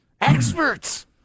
Experts